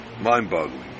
Mind-boggling